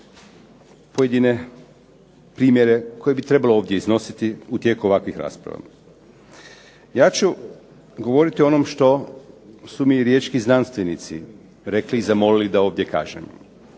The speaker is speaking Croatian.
pojedine primjere koje bi trebalo ovdje iznositi u tijeku ovakvih rasprava. Ja ću govoriti o onom što su mi riječki znanstvenici rekli i zamolili da ovdje kažem.